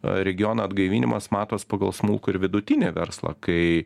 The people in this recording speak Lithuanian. regiono atgaivinimas matos pagal smulkų ir vidutinį verslą kai